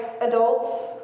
adults